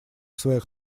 своих